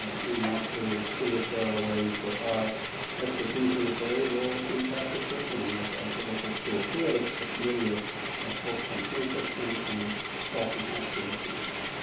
we want to see if there are ways that our expertise in this area will impact the cirriculum of of the local schools. so we have a committee of folks from campus and from charleston high school looking at that.